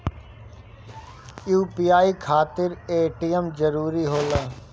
UPI खातिर ATM जरूरी होला?